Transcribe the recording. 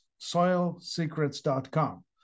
soilsecrets.com